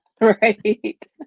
right